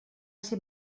ser